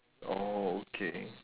oh okay